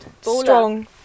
strong